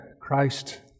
Christ